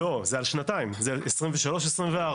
לא, זה על שנתיים, 2023 ו-2024.